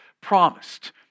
promised